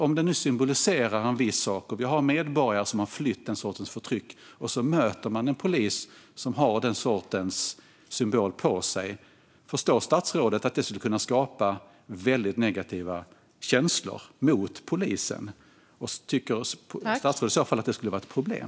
Om den nu symboliserar en viss sak och vi har medborgare som har flytt från den sortens förtryck, och så möter man en polis som har den sortens symbol på sig - förstår statsrådet att det skulle kunna skapa väldigt negativa känslor mot polisen? Tycker statsrådet i så fall att det skulle vara ett problem?